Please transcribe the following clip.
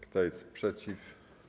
Kto jest przeciw?